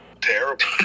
terrible